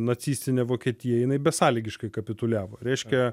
nacistinė vokietija jinai besąlygiškai kapituliavo reiškia